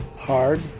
hard